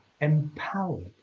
empowered